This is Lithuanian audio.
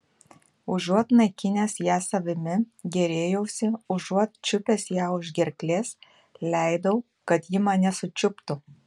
užuot naikinęs ją savimi gėrėjausi užuot čiupęs ją už gerklės leidau kad ji mane sučiuptų